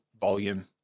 volume